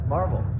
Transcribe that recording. Marvel